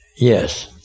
yes